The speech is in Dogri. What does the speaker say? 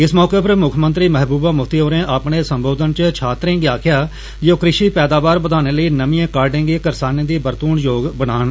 इस मौके पर मुक्खमंत्री महबूबा मुफ्ती होरें अपने संबोधन च छात्रें गी आक्खेआ जे ओ कृषि पैदावार बदाने लेई नमिए काहड़ें गी करसानें दी बरतून योग बनान